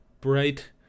bright